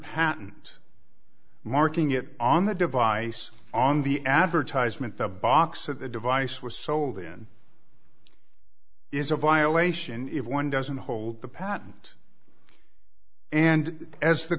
patent marking it on the device on the advertisement the box at the device was sold in is a violation if one doesn't hold the patent and as the